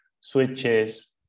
switches